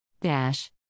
dash